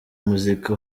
muzika